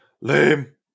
lame